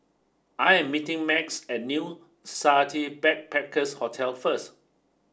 I am meeting Max at New Society Backpackers Hotel first